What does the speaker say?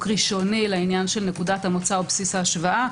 ראשוני לעניין של נקודת המוצא או בסיס ההשוואה,